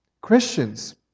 Christians